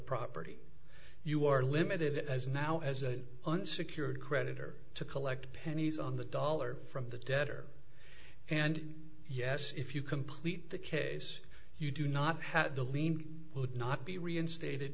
property you are limited as now as an unsecured creditor to collect pennies on the dollar from the debtor and yes if you complete the case you do not have the lien would not be reinstate